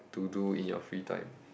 to do in your free time